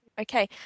okay